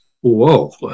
whoa